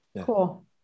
Cool